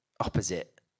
opposite